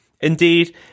Indeed